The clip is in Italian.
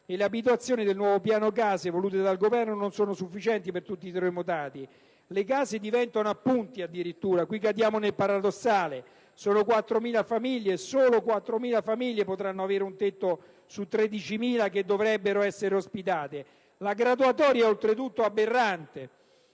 che le abitazioni del nuovo piano case voluto dal Governo non sono sufficienti per tutti i terremotati. Le case diventano a punti, addirittura, e qui cadiamo nel paradossale: solo 4.000 famiglie potranno avere un tetto su 13.000 che dovrebbero essere ospitate. La graduatoria è oltretutto aberrante